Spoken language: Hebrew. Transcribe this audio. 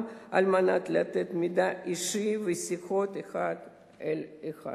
על מנת לתת מידע אישי ושיחות אחד על אחד.